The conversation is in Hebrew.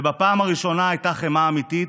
ובפעם הראשונה הייתה חמאה אמיתית,